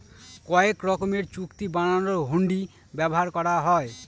কয়েক রকমের চুক্তি বানানোর হুন্ডি ব্যবহার করা হয়